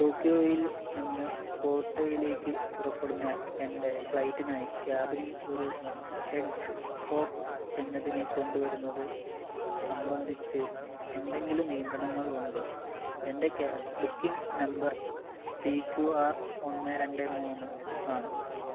ടോക്കിയോയിൽ നിന്ന് കോട്ടയിലേക്ക് പുറപ്പെടുന്ന എൻ്റെ ഫ്ലൈറ്റിനായി ക്യാബിനിൽ ഒരു ഹെഡ്ജ്ഹോഗ് എന്നതിനെ കൊണ്ടുവരുന്നത് സംബന്ധിച്ച് എന്തെങ്കിലും നിയന്ത്രണങ്ങളുണ്ടോ എൻ്റെ booking number P Q R ഒന്ന് രണ്ട് മൂന്ന് ആണ്